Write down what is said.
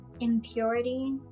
impurity